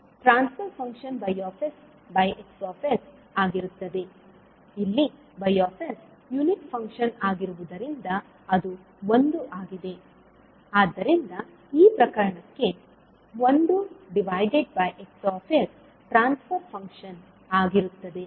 ಟ್ರಾನ್ಸ್ fur function YX ಆಗಿರುತ್ತದೆ ಇಲ್ಲಿ Y unit function ಆಗಿರುವುದರಿಂದ ಅದು 1 ಆಗಿದೆ ಆದ್ದರಿಂದ ಈ ಪ್ರಕರಣಕ್ಕೆ 1X ಟ್ರಾನ್ಸ್ ಫರ್ ಫಂಕ್ಷನ್ ಆಗಿರುತ್ತದೆ